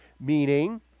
meaning